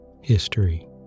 History